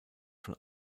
von